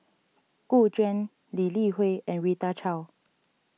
Gu Juan Lee Li Hui and Rita Chao